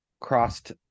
crossed